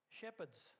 shepherds